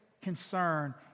concern